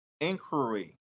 inquiry